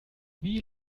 wie